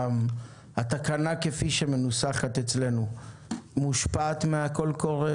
התקנה כפי שמנוסחת אצלנו מושפעת מהקול הקורא,